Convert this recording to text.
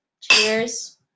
cheers